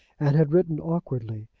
and had written awkwardly.